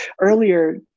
Earlier